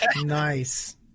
Nice